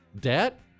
debt